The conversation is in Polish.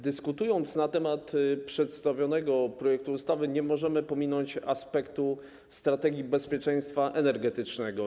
Dyskutując na temat przedstawionego projektu ustawy, nie możemy pominąć aspektu strategii bezpieczeństwa energetycznego.